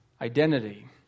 identity